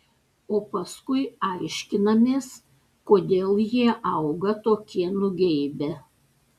o paskui aiškinamės kodėl jie auga tokie nugeibę